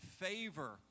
favor